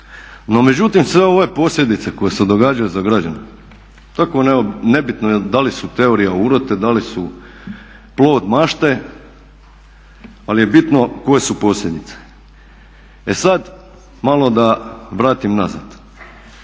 No međutim sve ove posljedice koje se događaju za građane tako je nebitno da li su teorija urote, da li su plod mašte, ali je bitno koje su posljedice. E sada da malo vratim nazad.